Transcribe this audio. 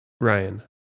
Ryan